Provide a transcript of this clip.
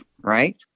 right